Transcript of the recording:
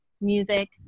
music